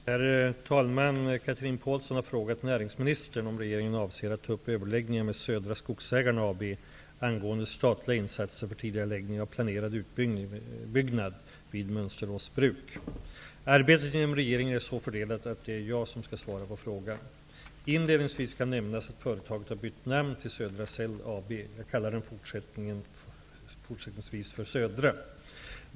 Herr talman! Chatrine Pålsson har frågat näringsministern om regeringen avser att ta upp överläggningar med Södra Skogsägarna AB Arbetet inom regeringen är så fördelat att det är jag som skall svara på frågan. Inledningsvis kan nämnas att företaget har bytt namn till Södra Cell AB. Jag kallar deT fortsättningsvis för Södra.